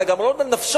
אלא גם לעמוד על נפשם.